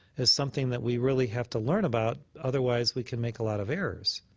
is something that we really have to learn about otherwise we can make a lot of errors.